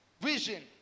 vision